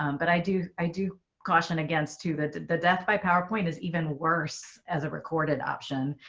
um but i do i do caution against, too, that the death by powerpoint is even worse as a recorded option,